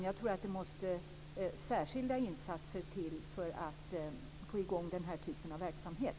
Jag tror att det måste till särskilda insatser för att få i gång denna typ av verksamhet.